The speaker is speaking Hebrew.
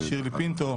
שירלי פינטו,